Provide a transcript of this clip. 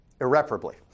Irreparably